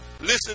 listen